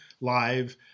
live